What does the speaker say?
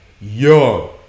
yo